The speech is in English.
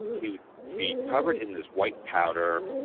he would be covered in this white powder,